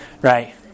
right